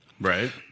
Right